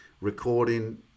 recording